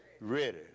ready